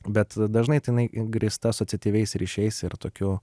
bet dažnai tai jinai grįsta sociatyviais ryšiais ir tokiu